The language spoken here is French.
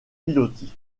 pilotis